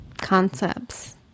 concepts